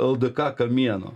ldk kamieno